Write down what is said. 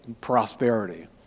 prosperity